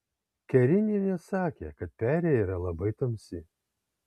kerinienė sakė kad perėja yra labai tamsi